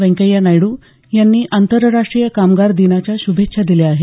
वेंकय्या नायडू यांनी आंतरराष्ट्रीय कामगार दिनाच्या श्रभेच्छा दिल्या आहेत